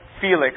Felix